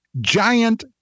Giant